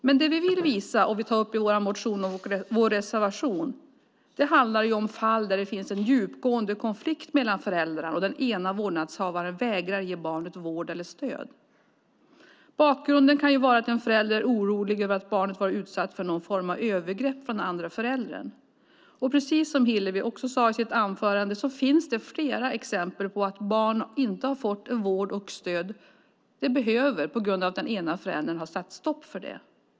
Men det som vi tar upp i vår motion och i vår reservation handlar ju om fall där det finns en djupgående konflikt mellan föräldrarna och den ena vårdnadshavaren vägrar ge barnet vård eller stöd. Bakgrunden kan vara att en förälder är orolig över att barnet har varit utsatt för någon form av övergrepp från den andra föräldern. Precis som Hillevi sade i sitt anförande finns det flera exempel på att barn inte har fått den vård och det stöd de behöver på grund av att den ena föräldern har satt stopp för det.